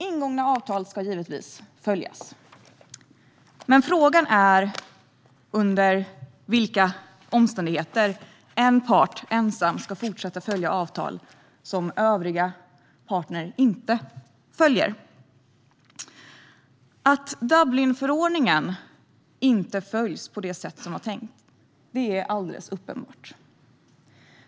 Ingångna avtal ska givetvis följas, men frågan är under vilka omständigheter en part ensam ska fortsätta att följa avtal som övriga parter inte följer. Att Dublinförordningen inte följs på det sätt som var tänkt är alldeles uppenbart.